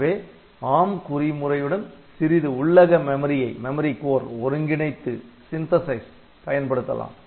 எனவே ARM குறி முறையுடன் சிறிது உள்ளக மெமரியை ஒருங்கிணைத்து பயன்படுத்தலாம்